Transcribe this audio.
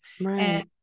right